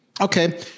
Okay